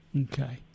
okay